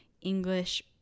English